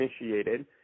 initiated